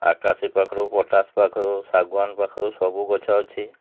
ଆକାଶୀ ପାଖରୁ ପଟାଶ ପାଖରୁ ଶାଗୁଆନ୍ ପାଖରୁ ସବୁ ଗଛ ଅଛି